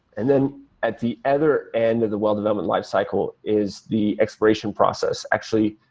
and then at the other end of the well development lifecycle is the expiration process. actually,